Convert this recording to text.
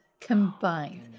Combined